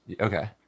Okay